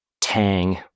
tang